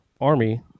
army